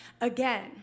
again